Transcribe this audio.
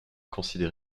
considéré